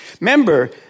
Remember